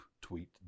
tweet